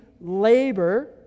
labor